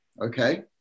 okay